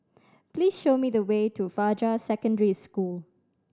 please show me the way to Fajar Secondary School